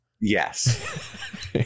Yes